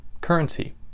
currency